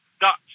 Dutch